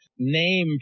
Name